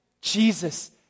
Jesus